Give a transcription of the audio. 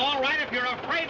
all right